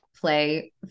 play